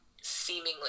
seemingly